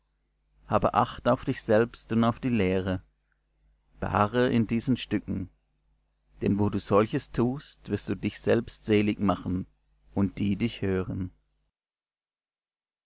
habe acht auf dich selbst und auf die lehre beharre in diesen stücken denn wo du solches tust wirst du dich selbst selig machen und die dich hören